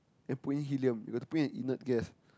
then put in helium you got to put in an inert gas